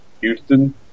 Houston